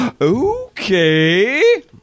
Okay